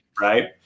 right